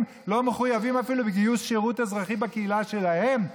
לא מחויבים אפילו בגיוס לשירות אזרחי בקהילה שלהם,